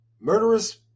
Murderous